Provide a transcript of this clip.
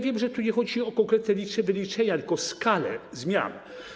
Wiem, że tu nie chodzi o konkretne wyliczenia, tylko o skalę zmian.